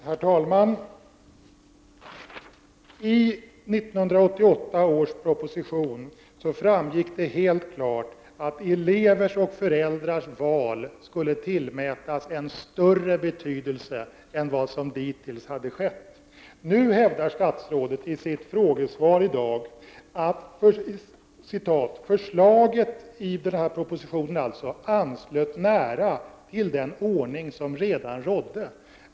Herr talman! I 1988 års proposition framgick det helt klart att elevers och föräldrars val skulle tillmätas en större betydelse än vad som dittills hade skett. Nu hävdar statsrådet i sitt frågesvar att förslaget i propositionen nära anslöt till den ordning som redan rådde.